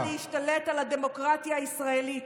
באה להשתלט על הדמוקרטיה הישראלית,